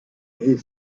est